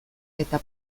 eta